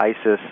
ISIS